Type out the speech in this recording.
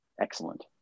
excellent